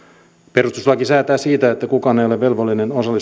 perustuslaki säätää siitä että kukaan ei ole velvollinen osallistumaan